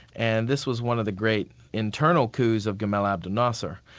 and this was one of the great internal coups of gemal abdul nasser.